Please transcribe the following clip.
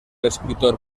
escritor